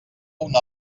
una